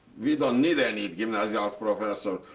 we don't need any gymnasial professor.